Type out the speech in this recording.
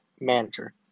manager